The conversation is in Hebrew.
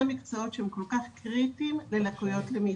המקצועות שהם כל כך קריטיים ללקויות למידה.